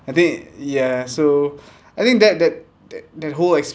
I think ya so I think that that that that whole ex~